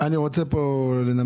אני חושב שצריך